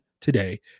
today